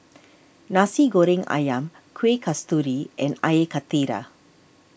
Nasi Goreng Ayam Kueh Kasturi and Air Karthira